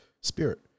spirit